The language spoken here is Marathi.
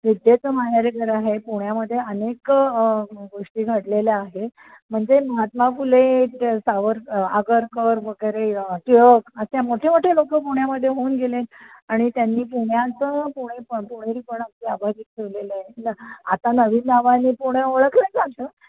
विद्येचं माहेरघर आहे पुण्यामध्ये अनेक गोष्टी घडलेल्या आहे म्हणजे महात्मा फुले ते सावर आगरकर वगैरे टिळक असे मोठे मोठे लोक पुण्यामध्ये होऊन गेले आणि त्यांनी पुण्याचं पुणे पुणेरीपण आपलं अबाधित ठेवलेलं आहे आता नवीन नावांनी पुणे ओळखलं जातं